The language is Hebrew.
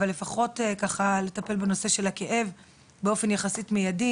אבל לפחות לטפל בנושא של הכאב באופן יחסית מיידי.